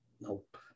Nope